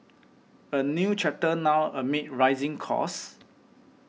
a new chapter now amid rising costs